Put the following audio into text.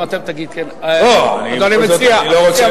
אם אתה תגיד כן, לא לא, עם כל הכבוד,